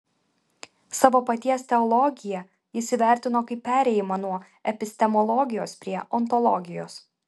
savo paties teologiją jis įvertino kaip perėjimą nuo epistemologijos prie ontologijos